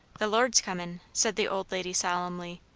the lord's comin', said the old lady solemnly.